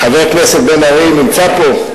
חבר הכנסת בן-ארי נמצא פה?